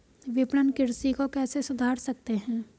विपणन कृषि को कैसे सुधार सकते हैं?